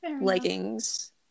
leggings